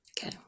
Okay